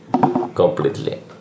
completely